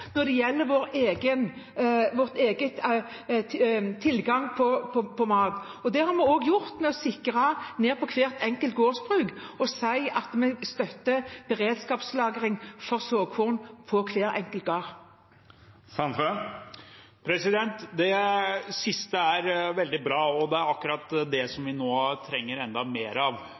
når det gjelder vår egen tilgang på mat, og det har vi også gjort ved å sikre oss ned til hvert enkelt gårdsbruk og si at vi støtter beredskapslagring for såkorn på hver enkelt gård. Det siste er veldig bra, og det er akkurat det vi nå trenger enda mer av: